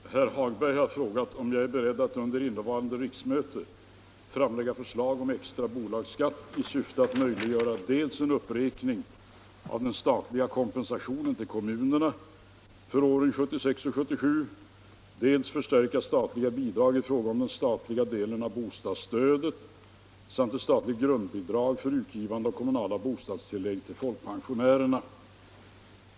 Herr talman! Herr Hagberg.i Borlänge har frågat mig om jag är beredd att under innevarande riksmöte framlägga förslag om extra bolagsskatt i syfte att dels möjliggöra en uppräkning av den statliga kompensationen till kommunerna för åren 1976 och 1977, dels förstärka statliga bidrag i fråga om den statliga delen av bostadsstödet samt ett statligt grundbidrag för utgivandet av kommunala bostadstillägg till folkpensionärerna.